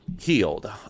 healed